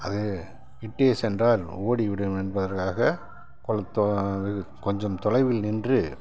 அது கிட்டே சென்றால் ஓடி விடும் என்பதற்காக குளத்தோர கொஞ்சம் தொலைவில் நின்று